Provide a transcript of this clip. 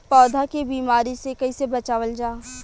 पौधा के बीमारी से कइसे बचावल जा?